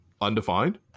undefined